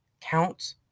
count